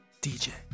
DJ